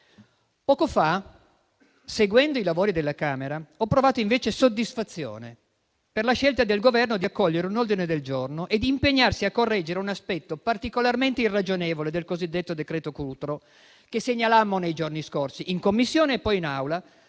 Poco fa, seguendo i lavori della Camera, ho provato invece soddisfazione per la scelta del Governo di accogliere un ordine del giorno e impegnarsi a correggere un aspetto particolarmente irragionevole del cosiddetto decreto-legge Cutro - che segnalammo nei giorni scorsi in Commissione e poi in Aula